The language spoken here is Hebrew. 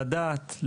לדעת,